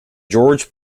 george